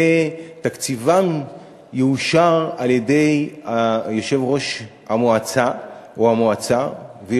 ותקציבם יאושר על-ידי יושב-ראש המועצה או המועצה,